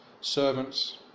servants